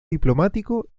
diplomático